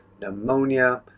pneumonia